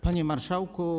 Panie Marszałku!